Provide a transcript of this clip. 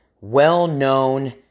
well-known